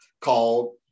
called